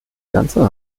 ganze